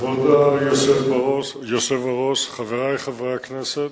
כבוד היושב-ראש, חברי חברי הכנסת,